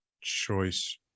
choice